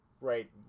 right